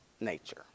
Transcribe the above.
nature